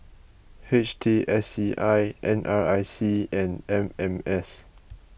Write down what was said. H T S C I N R I C and M M S